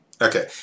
Okay